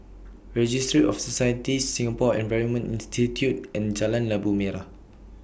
Registry of Societies Singapore Environment Institute and Jalan Labu Merah